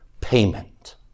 payment